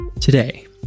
Today